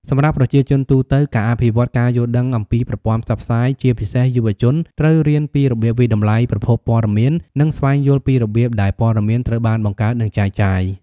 សម្រាប់ប្រជាជនទូទៅ ការអភិវឌ្ឍការយល់ដឹងអំពីប្រព័ន្ធផ្សព្វផ្សាយជាពិសេសយុវជនត្រូវរៀនពីរបៀបវាយតម្លៃប្រភពព័ត៌មាន និងស្វែងយល់ពីរបៀបដែលព័ត៌មានត្រូវបានបង្កើតនិងចែកចាយ។